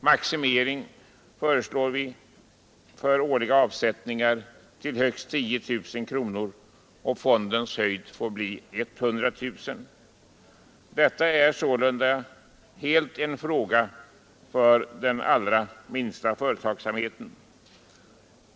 Maximeringen för fonden föreslås till 10 000 kronor för årliga 172 avsättningar, och fondens storlek skulle få bli 100 000 kronor. Detta är sålunda en fråga som rör den allra minsta företagsamheten.